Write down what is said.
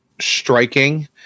striking